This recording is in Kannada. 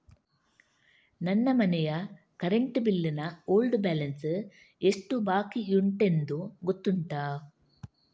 ನನ್ನ ಮನೆಯ ಕರೆಂಟ್ ಬಿಲ್ ನ ಓಲ್ಡ್ ಬ್ಯಾಲೆನ್ಸ್ ಎಷ್ಟು ಬಾಕಿಯುಂಟೆಂದು ಗೊತ್ತುಂಟ?